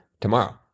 tomorrow